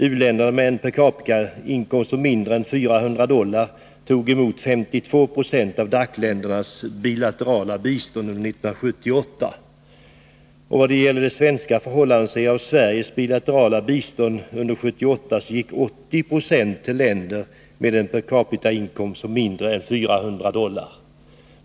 U-länder med per capita-inkomst på mindre än 400 dollar tog emot 52 96 av DAC-ländernas bilaterala bistånd under 1978. I vad gäller de svenska förhållandena gick av Sveriges bilaterala bistånd under 1978 80 6 till länder med den per capita-inkomst som var mindre än 400 dollar.